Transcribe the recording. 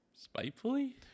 spitefully